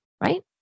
Right